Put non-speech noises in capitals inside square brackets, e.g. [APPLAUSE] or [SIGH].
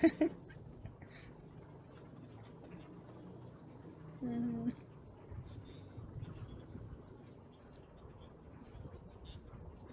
[LAUGHS] mm